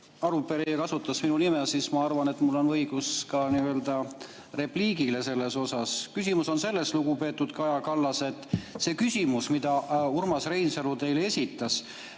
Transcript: arupärija kasutas minu nime, siis ma arvan, et mul õigus repliigile selles osas. Küsimus on selles, lugupeetud Kaja Kallas, et see küsimus, mille Urmas Reinsalu teile esitas,